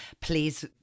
please